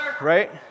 Right